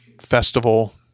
festival